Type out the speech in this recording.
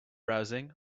browsing